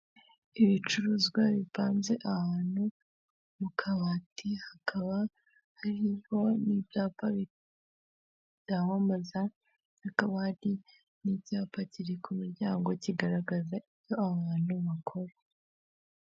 Ibicuruzwa bivanze ahantu mu kabati hakaba hari n'ibyapa byamamaza, hakaba n'icyapa kiri ku muryango kigaragaza ibyo abantu bakora.